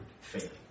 faith